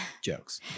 jokes